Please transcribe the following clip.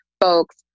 folks